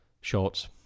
shorts